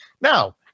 Now